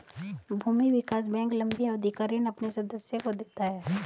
भूमि विकास बैंक लम्बी अवधि का ऋण अपने सदस्यों को देता है